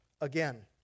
again